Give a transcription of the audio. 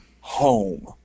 home